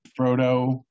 Frodo